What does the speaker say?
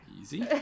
easy